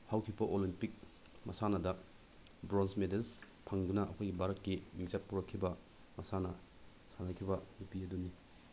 ꯍꯧꯈꯤꯕ ꯑꯣꯂꯦꯝꯄꯤꯛ ꯃꯁꯥꯟꯅꯗ bronze medals ꯐꯪꯗꯨꯅ ꯑꯩꯈꯣꯏꯒꯤ ꯚꯥꯔꯠꯀꯤ ꯃꯤꯡꯆꯠ ꯄꯨꯔꯛꯈꯤꯕ ꯃꯁꯥꯟꯅ ꯁꯥꯟꯅꯈꯤꯕ ꯅꯨꯄꯤ ꯑꯗꯨꯅꯤ